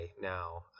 now